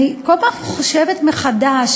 אני כל פעם חושבת מחדש,